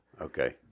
Okay